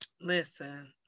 Listen